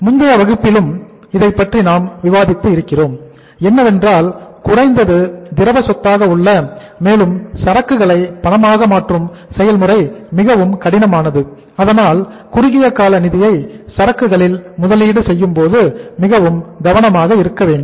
முந்தைய வகுப்பிலும் இதைப்பற்றி நாம் விவாதித்து இருக்கிறோம் என்னவென்றால் குறைந்தது திரவ சொத்தாக உள்ள மேலும் சரக்குகளை பணமாக மாற்றும் செயல்முறை மிகவும் கடினமானது அதனால் குறுகிய கால நிதியை சரக்கு களில் முதலீடு செய்யும் போது மிகவும் கவனமாக இருக்க வேண்டும்